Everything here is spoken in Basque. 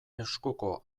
eskuko